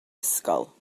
ysgol